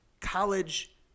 college